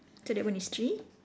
so that one is three